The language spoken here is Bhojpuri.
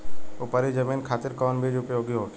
उपरी जमीन खातिर कौन बीज उपयोग होखे?